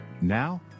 Now